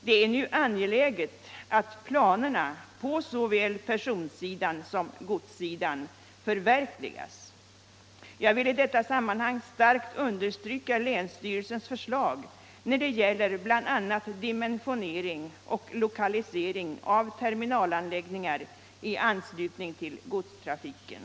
Det är nu angeläget att planerna på såväl personsidan som godssidan förverkligas. Jag vill i detta sammanhang starkt understryka länsstyrelsens förslag till dimensionering och lokalisering av terminalanläggningar i anslutning till godstrafiken.